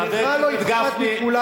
חבר הכנסת גפני.